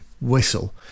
whistle